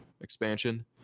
expansion